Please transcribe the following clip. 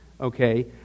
okay